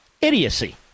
idiocy